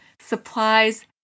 supplies